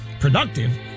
Productive